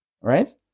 right